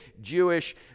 Jewish